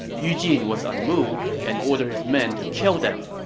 yu jin was unmoved and ordered his men to kill them.